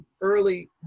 early